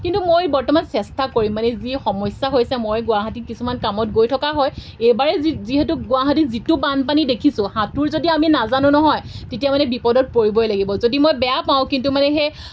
কিন্তু মই বৰ্তমান চেষ্টা কৰিম মানে যি সমস্যা হৈছে মই গুৱাহাটীত কিছুমান কামত গৈ থকা হয় এইবাৰেই যি যিহেতু গুৱাহাটী যিটো বানপানী দেখিছোঁ সাঁতোৰ যদি আমি নাজানো নহয় তেতিয়া মানে বিপদত পৰিবই লাগিব যদি মই বেয়া পাওঁ কিন্তু মানে সেই